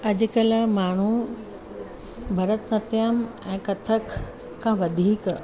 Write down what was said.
अॼकल्ह माण्हू भरतनाट्यम ऐं कथक खां वधीक